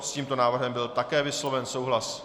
S tímto návrhem byl také vysloven souhlas.